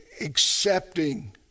accepting